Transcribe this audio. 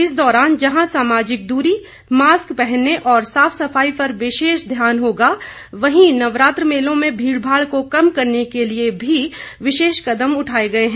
इस दौरान जहां सामाजिक दूरी मास्क पहनने और साफ सफाई पर विशेष ध्यान होगा वहीं नवरात्र मेलों में भीड़भाड़ को कम करने के लिए भी विशेष कदम उठाए गए हैं